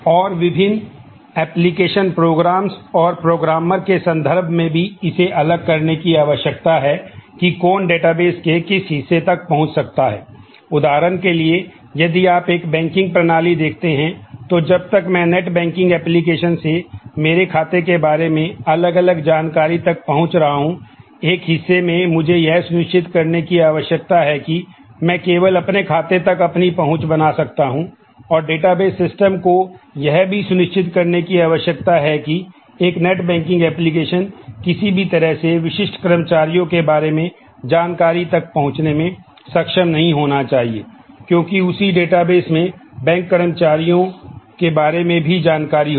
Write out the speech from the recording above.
और विभिन्न application programs में बैंक कर्मचारियों के बारे में भी जानकारी होगी